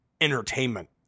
entertainment